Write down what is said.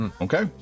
Okay